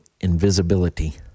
invisibility